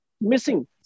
missing